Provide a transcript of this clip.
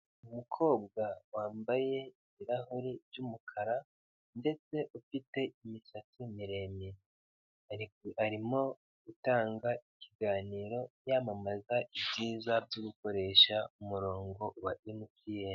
Umukobwa wambaye ibirahure by'umukara ndetse ufite imisatsi miremire arimo gutanga ikiganiro yamamaza ibyiza byo gukoresha umurongo wa emutiyene.